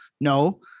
No